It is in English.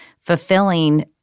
fulfilling